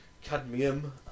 cadmium